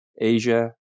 Asia